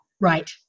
Right